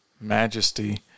majesty